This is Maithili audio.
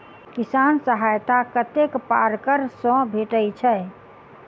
किसान सहायता कतेक पारकर सऽ भेटय छै?